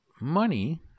money